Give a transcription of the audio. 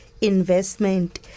investment